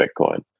Bitcoin